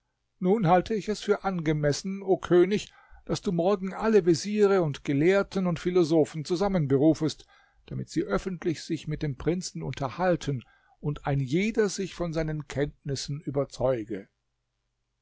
nun halte ich es für angemessen o könig daß du morgen alle veziere und gelehrten und philosophen zusammen berufest damit sie öffentlich sich mit dem prinzen unterhalten und ein jeder sich von seinen kenntnissen überzeuge